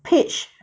peach